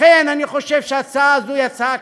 לכן, אני חושב שההצעה הזו היא הצעה קשה.